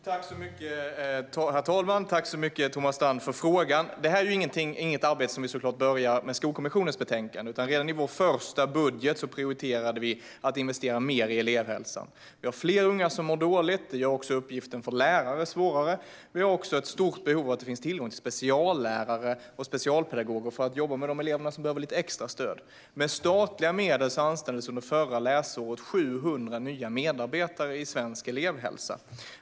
Herr talman! Tack så mycket, Thomas Strand, för frågan! Det här är såklart inte ett arbete som börjar med Skolkommissionens betänkande. Redan i vår första budget prioriterade vi att investera mer i elevhälsan. Vi har fler unga som mår dåligt. Det gör också uppgiften för lärare svårare. Vi har också ett stort behov av att det finns tillgång till speciallärare och specialpedagoger för att jobba med de elever som behöver lite extra stöd. Med statliga medel anställdes under förra läsåret 700 nya medarbetare i svensk elevhälsa.